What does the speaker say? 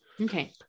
Okay